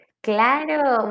Claro